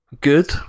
good